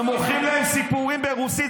ומוכרים להם סיפורים ברוסית,